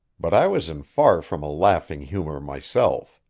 but i was in far from a laughing humor myself.